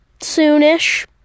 soon-ish